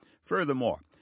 Furthermore